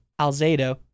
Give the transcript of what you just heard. Alzado